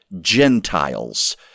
Gentiles